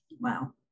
Wow